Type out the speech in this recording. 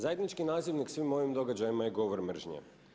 Zajednički nazivnik svim ovim događajima je govor mržnje.